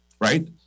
right